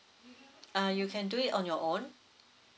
uh you can do it on your own